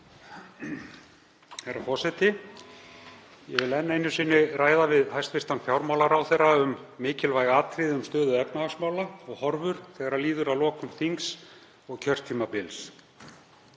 Herra forseti. Ég vil enn einu sinni ræða við hæstv. fjármálaráðherra um mikilvæg atriði varðandi stöðu efnahagsmála og horfur þegar líður að lokum þings og kjörtímabils.